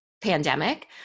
pandemic